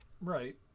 Right